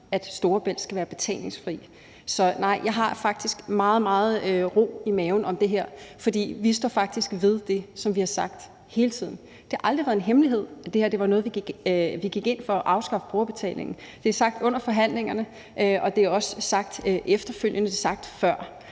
at Storebæltsbroen skal være betalingsfri. Så nej, jeg har faktisk meget, meget ro i maven i forbindelse med det her, for vi står faktisk ved det, som vi har sagt hele tiden. Det har aldrig været en hemmelighed, at vi gik ind for at afskaffe brugerbetalingen – det er sagt under forhandlingerne, og det er også sagt efterfølgende og